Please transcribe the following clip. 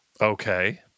Okay